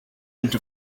into